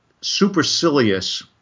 supercilious